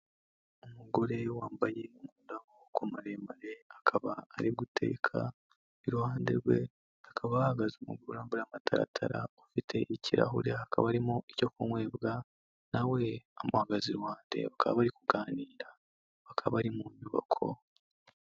Umugore wambaye umupira w’amaboko maremare akaba ari guteka iruhande rwe akaba hahagaze umugore wambaye amataratara ufite ikirahure hakaba harimo icyo kunywebwa nawe amuhagaze iruhande bakaba bari kuganira bakaba bari mu nyubako.